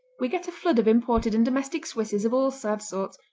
we get a flood of imported and domestic swisses of all sad sorts,